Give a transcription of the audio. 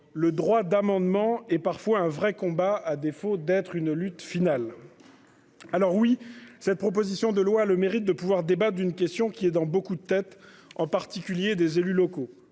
le droit d'amendement et parfois un vrai combat à défaut d'être une lutte finale. Alors oui, cette proposition de loi le mérite de pouvoir débat d'une question qui est dans beaucoup de têtes en particulier des élus locaux.